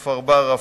כפר-ברא,